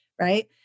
right